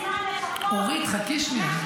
אורית, חכי שנייה.